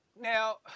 Now